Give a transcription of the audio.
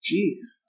Jeez